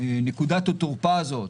נקודת התורפה הזו,